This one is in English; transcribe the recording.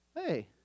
hey